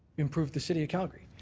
improve the city of calgary.